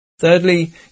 Thirdly